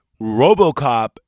Robocop